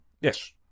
Yes